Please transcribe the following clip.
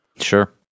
Sure